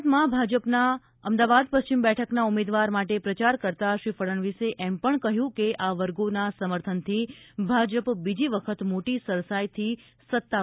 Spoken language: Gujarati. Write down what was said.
ગુજરાતમાં ભાજપના અમદાવાદ પશ્ચિમ બેઠકના ઉમેદવાર માટે પ્રચાર કરતાં શ્રી ફડણવીસે એમ પણ કહ્યું હતું કે આ વર્ગોના સમર્થનથી ભાજપ બીજી વખત મોટી સરસાઈથી સત્તા પર આવશે